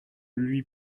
lui